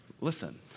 Listen